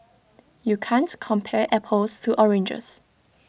you can't compare apples to oranges